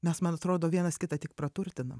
mes man atrodo vienas kitą tik praturtinam